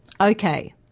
Okay